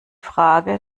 frage